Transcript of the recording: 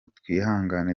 twihangane